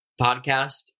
podcast